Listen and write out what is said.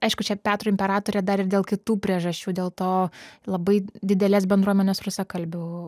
aišku čia petro imperatorė dar ir dėl kitų priežasčių dėl to labai didelės bendruomenės rusakalbių